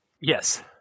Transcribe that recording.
yes